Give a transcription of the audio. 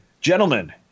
gentlemen